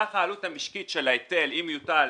סך העלות המשקית של ההיטל, אם יוטל,